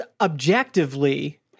objectively